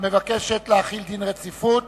המבקשת להחיל דין רציפות